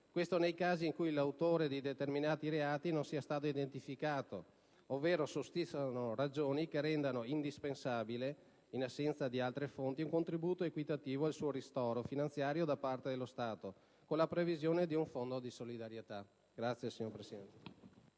disagio, nei casi in cui l'autore di determinati reati non sia stato identificato, ovvero sussistano ragioni che rendano indispensabile, in assenza di altre fonti, un contributo equitativo al suo ristoro finanziario da parte dello Stato, con la previsione di un fondo di solidarietà. *(Applausi dai